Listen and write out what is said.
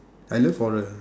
I love horror